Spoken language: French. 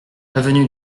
avenue